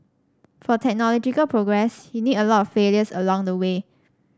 for technological progress you need a lot of failures along the way